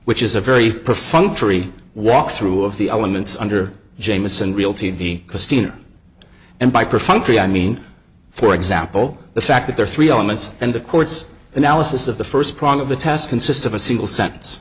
which is a very perfunctory walk through of the elements under jamison real t v christine and by perfunctory i mean for example the fact that there are three elements and the courts analysis of the first prong of the test consists of a single sentence